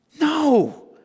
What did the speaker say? No